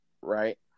right